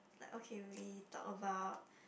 but okay we talk about